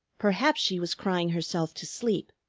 perhaps she was crying herself to sleep,